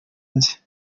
nzi